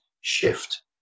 shift